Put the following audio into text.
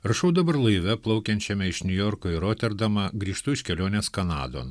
rašau dabar laive plaukiančiame iš niujorko ir roterdamą grįžtu iš kelionės kanadon